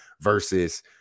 Versus